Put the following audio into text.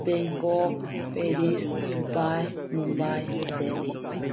Bangkok Paris Dubai Mumbai Delhi